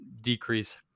decrease